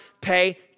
pay